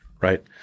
right